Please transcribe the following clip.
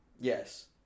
Yes